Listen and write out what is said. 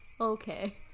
Okay